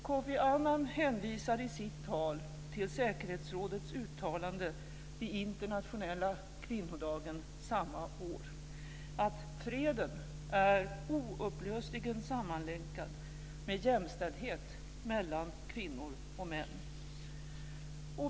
Kofi Annan hänvisade i sitt tal till säkerhetsrådets uttalande vid Internationella kvinnodagen samma år, att "freden är oupplösligen sammanlänkad med jämställdhet mellan kvinnor och män".